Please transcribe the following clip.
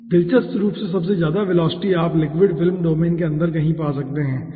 दिलचस्प रूप से सबसे ज्यादा वेलोसिटी आप लिक्विड फिल्म डोमेन के अंदर कहीं पा सकते हैं ठीक है